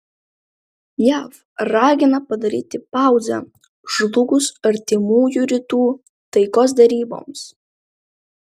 jav ragina padaryti pauzę žlugus artimųjų rytų taikos deryboms